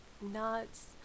nuts